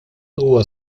huwa